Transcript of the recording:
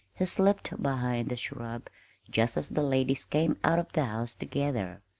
he slipped behind the shrub just as the ladies came out of the house together.